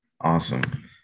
Awesome